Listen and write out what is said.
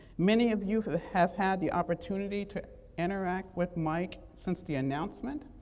many of you have had the opportunity to interact with mike since the announcement,